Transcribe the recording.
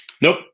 Nope